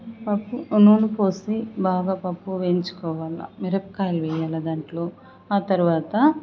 పప్పు నూనె పోసి బాగా పప్పు వేయించుకోవాలి మిరపకాయలు వెయ్యాలా దాంట్లో ఆ తరువాత